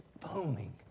foaming